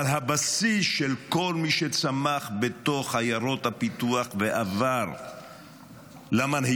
הבסיס של כל מי שצמח בתוך עיירות הפיתוח ועבר למנהיגות,